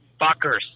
fuckers